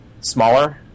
smaller